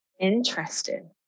Interesting